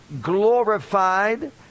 glorified